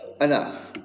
enough